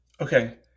okay